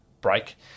break